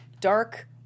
dark